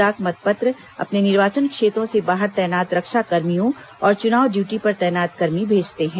डाक मतपत्र अपने निर्वाचन क्षेत्रों से बाहर तैनात रक्षा कर्मियों और चुनाव ड्यूटी पर तैनात कर्मी भेजते हैं